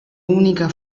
unica